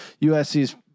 USC's